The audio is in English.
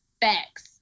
Facts